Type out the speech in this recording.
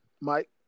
Mike